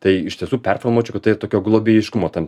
tai iš tiesų performuočiau kad tai yra tokio globėjiškumo tam